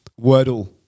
Wordle